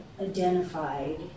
identified